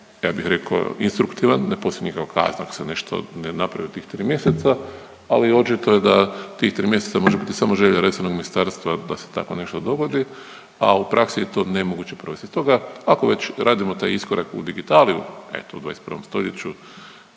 ja bih rekao instruktivan, ne postoji nikakva kazna ako se nešto ne napravi u tih tri mjeseca ali očito je da tih tri mjeseca može biti samo želja resornog ministarstva da se tako nešto dogodi, a u praksi je to nemoguće provesti. Stoga ako već radimo taj iskorak u digitali, evo u 21. stoljeću